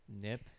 nip